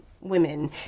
women